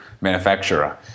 manufacturer